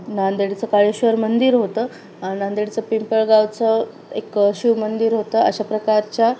नांदेडचं काळेश्वर मंदिर होतं नांदेडचं पिंपळगावचं एक शिव मंदिर होतं अशा प्रकारच्या